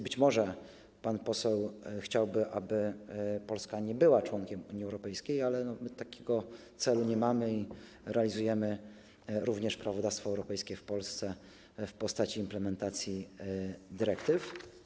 Być może pan poseł chciałby, aby Polska nie była członkiem Unii Europejskiej, ale my takiego celu nie mamy i realizujemy również prawodawstwo europejskie w Polsce w postaci implementacji dyrektyw.